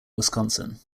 wisconsin